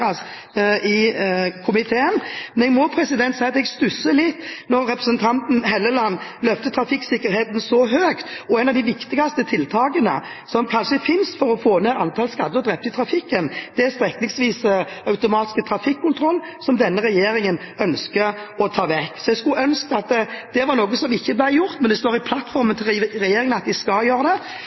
i komiteen. Jeg må si jeg stusser litt når representanten Helleland løfter trafikksikkerheten så høyt. Et av de viktigste tiltakene som kanskje finnes for å få ned antall skadde og drepte i trafikken, er strekningsvis automatisk trafikkontroll, som denne regjeringen ønsker å ta bort. Jeg skulle ønske at det er noe som ikke blir gjort, men det står i plattformen til regjeringen at de skal gjøre det.